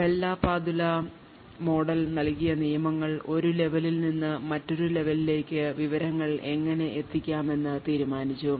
bell La Padula model നൽകിയ നിയമങ്ങൾ ഒരു ലെവലിൽ നിന്ന് മറ്റൊരു ലെവലിലേക്ക് വിവരങ്ങൾ എങ്ങനെ എത്തിക്കണമെന്ന് തീരുമാനിച്ചു